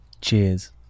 Cheers